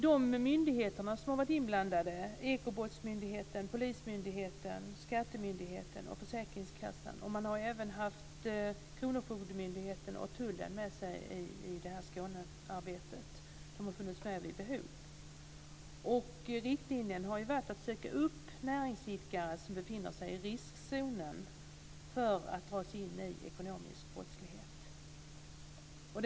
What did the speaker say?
De myndigheter som varit inblandade är Ekobrottsmyndigheten, polismyndigheten, skattemyndigheten och försäkringskassan. Man har även haft kronofogdemyndigheten och tullen med sig i arbetet i Skåne. De har funnits med vid behov. Riktlinjerna har varit att söka upp näringsidkare som befinner sig i riskzonen för att hamna i ekonomisk brottslighet.